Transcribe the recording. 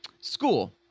school